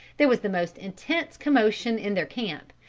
there was the most intense commotion in their camp,